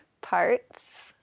parts